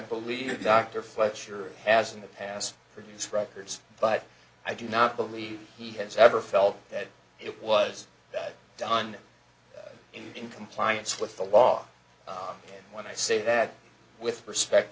believe dr fleischer has in the past produce records but i do not believe he has ever felt that it was that done in compliance with the law when i say that with respect